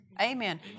Amen